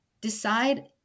decide